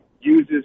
uses